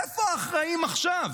איפה האחראים עכשיו?